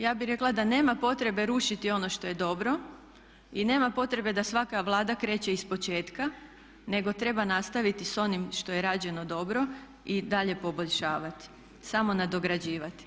Ja bih rekla da nema potrebe rušiti ono što je dobro i nema potrebe da svaka Vlada kreće ispočetka, nego treba nastaviti sa onim što je rađeno dobro i dalje poboljšavati, samo nadograđivati.